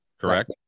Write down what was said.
Correct